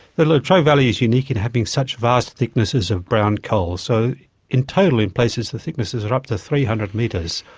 the latrobe valley is unique in having such vast thicknesses of brown coal. so in total in places the thicknesses are up to three hundred metres,